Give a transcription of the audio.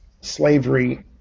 slavery